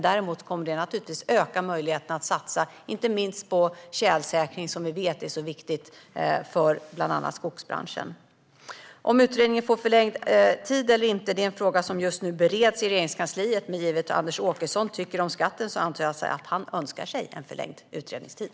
Däremot kommer avgifterna att öka möjligheterna att satsa, inte minst på tjälsäkring, som vi vet är så viktigt bland annat för skogsbranschen. Om utredningen får förlängd tid eller inte är en fråga som just nu bereds inom Regeringskansliet. Givet vad Anders Åkesson anser om skatten antar jag att han önskar sig en förlängd utredningstid.